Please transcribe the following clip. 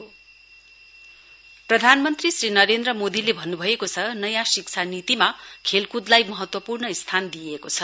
PM Khelo India प्रधानमन्त्री श्री नरेन्द्र मोदीले भन्नुभएको छ नयाँ शिक्षा नीतिमा खेलकुदलाई महत्वपूर्ण स्थान दिइएको छ